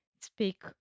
speak